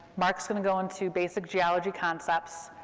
mark's going to go into basic geology concepts,